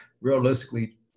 realistically